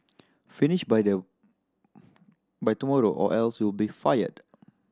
finish by their by tomorrow or else you'll be fired